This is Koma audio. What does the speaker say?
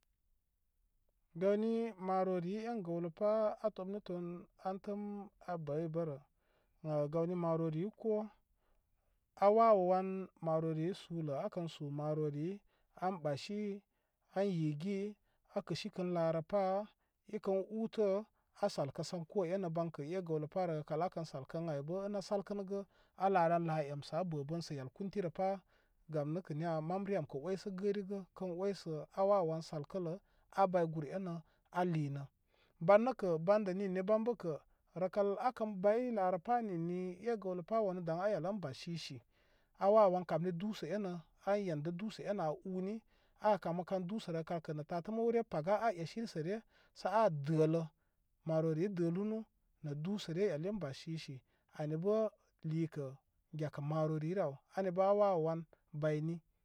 Gawai maroriyi en gəwlə oa a tomna tom antəm a bəybərə, gawni mororiyi ko a wawəwan maroriyi sulə a kən su maroriyi an ɓasi a yigi a kəsikən kirə pa ikən utə a sarkə sam ko enə bankə e gəwlə pa rəkal a kən sarkə ən aybə ən a salkənəga a la lan la yemsə a bə bən sə yal kuntirəpa gam nəkə niya mam re am kə oysə gərigə kən oysə a wawəwan salkəla a bay ban gur enə a linə ban nəkə banda ninni bam bəkə rəkal akan bay larəpa ninni e gəwləpa wanə daŋ a elə ən bansisi a wawəwan kamni dusə a yendə dusə enə an uni a kamə kam dusə rəkal kə nə ta tamure paga a esiri sə re sə a dələ marori yi dəlulu dusəre ay i elu ən bansisi ani bə likə gekə marori yi anibə a wawəwan bayni.